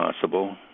possible